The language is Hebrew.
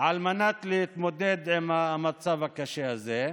על מנת להתמודד עם המצב הקשה הזה.